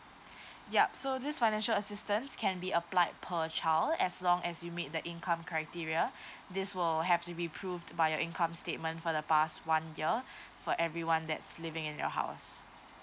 yup so this financial assistance can be applied per child as long as you meet the income criteria this will have to be proved by your income statement for the past one year for everyone that's living in your house